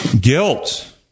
Guilt